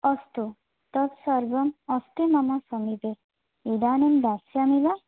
अस्तु तत् सर्वमस्ति मम समीपे इदानीं दास्यामि वा